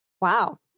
Wow